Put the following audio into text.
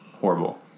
horrible